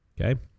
Okay